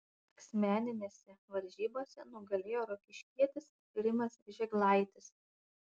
asmeninėse varžybose nugalėjo rokiškietis rimas žėglaitis